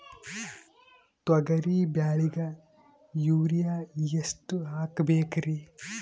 ತೊಗರಿ ಬೆಳಿಗ ಯೂರಿಯಎಷ್ಟು ಹಾಕಬೇಕರಿ?